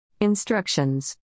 Instructions